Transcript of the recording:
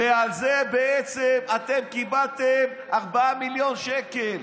ועל זה בעצם אתם קיבלתם 4 מיליון שקל.